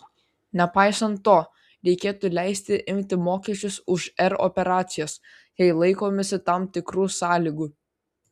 nepaisant to reikėtų leisti imti mokesčius už r operacijas jei laikomasi tam tikrų sąlygų